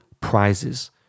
prizes